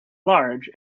large